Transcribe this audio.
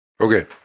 Okay